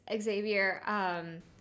Xavier